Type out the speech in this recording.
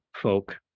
folk